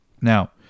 Now